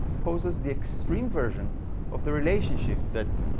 poses the extreme version of the relationship that's